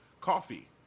coffee